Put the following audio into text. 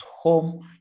home